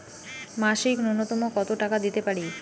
মাসিক নূন্যতম কত টাকা দিতে পারি?